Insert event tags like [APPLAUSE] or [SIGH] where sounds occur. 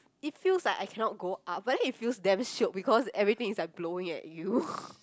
it feels like I cannot go up but then it feels damn shiok because everything is like blowing at you [NOISE]